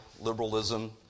liberalism